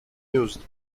used